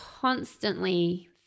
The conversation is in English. constantly